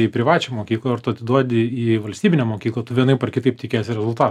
į privačią mokyklą ar tu atiduodi į valstybinę mokyklą vienaip ar kitaip tikies rezultato